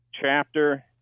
chapter